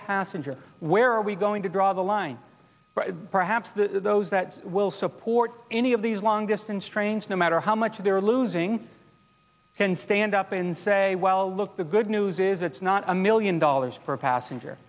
passenger where are we going to draw the line perhaps the those that will support any of these long distance trains no matter how much they're losing can stand up and say well look the good news is it's not a million dollars for a passenger